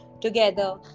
together